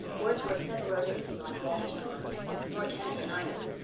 wordsworth never wrote anything like walter's poems nor tennyson, either.